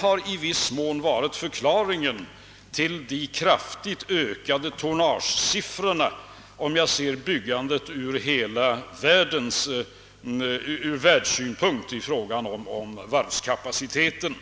har i viss mån varit förklaringen till det kraftigt ökade nybyggnadstonnaget, om jag ser byggandet ur världssynpunkt och i fråga om varvskapaciteten.